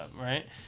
right